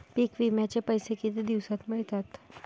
पीक विम्याचे पैसे किती दिवसात मिळतात?